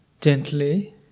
Gently